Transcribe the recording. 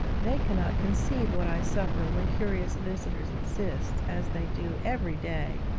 they cannot conceive what i suffer, when curious visitors insist, as they do every day,